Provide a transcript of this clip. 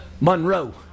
Monroe